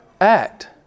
act